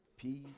Peace